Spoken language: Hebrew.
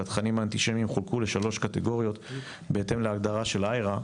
התכנים האנטישמיים חולקו לשלוש קטגוריות בהתאם להגדרה של IHRA,